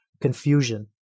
Confusion